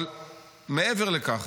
אבל מעבר לכך,